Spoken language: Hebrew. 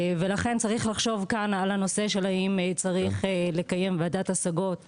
לכן צריך לחשוב כאן על הנושא של האם צריך לקיים ועדת השגות נפרדת,